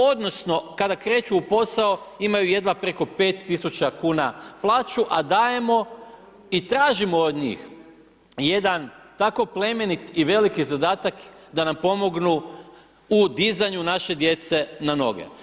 Odnosno, kada kreću u posao, imaju jedva preko 5000 kn plaću, a dajemo i tražimo od njih jedan tako plemenit i velik zadatak da nam pomognu u dizanju naše djece na noge.